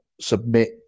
submit